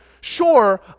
sure